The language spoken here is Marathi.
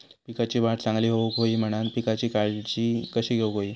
पिकाची वाढ चांगली होऊक होई म्हणान पिकाची काळजी कशी घेऊक होई?